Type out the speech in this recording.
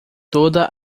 toda